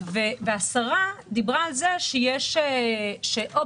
השרה דיברה על כך שישימו פנלים סולריים